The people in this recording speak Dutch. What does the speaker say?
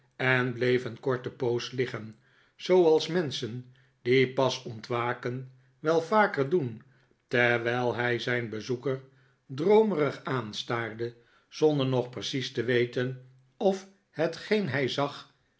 en bleef een korte poos liggen zooals menschen die pas ontwaken wel vaker doen terwijl hij zijn bezoeker droomerig aanstaarde zonder nog precies te weten of hetgeen hij zag